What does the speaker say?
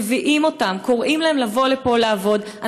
מביאים אותם, קוראים להם לבוא לפה לעבוד.